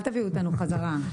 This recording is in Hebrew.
אל תביאו אותנו בחזרה.